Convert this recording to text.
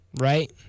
Right